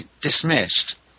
dismissed